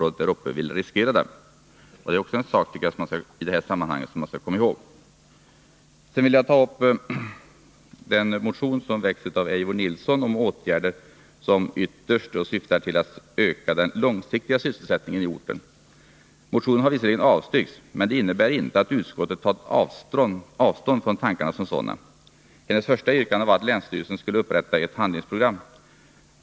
Det är också en sak som man måste komma ihåg i det här sammanhanget. Sedan vill jag ta upp den motion som väckts av Eivor Nilson om åtgärder som ytterst syftar till att öka den långsiktiga sysselsättningen i orten. Motionen har visserligen avstyrkts, men det innebär inte att utskottet har tagit avstånd från tankarna som sådana. Hennes första yrkande var att länsstyrelsen skulle upprätta ett handlingsprogram.